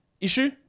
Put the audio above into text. issue